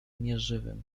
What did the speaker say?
nieżywym